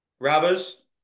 Rubbers